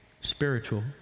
spiritual